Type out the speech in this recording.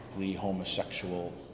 homosexual